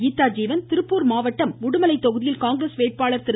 கீதா ஜீவன் திருப்பூர் மாவட்டம் உடுமலைத் தொகுதியில் காங்கிரஸ் வேட்பாளர் திரு